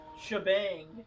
shebang